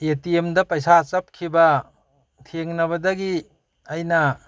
ꯑꯦ ꯇꯤ ꯑꯦꯝꯗ ꯄꯩꯁꯥ ꯆꯞꯈꯤꯕ ꯊꯦꯡꯅꯕꯗꯒꯤ ꯑꯩꯅ